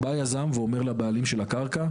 בא יזם ואומר לבעלים של הקרקע,